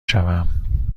شوم